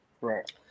Right